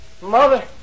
Mother